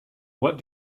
what